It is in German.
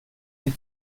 die